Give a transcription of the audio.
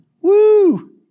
Woo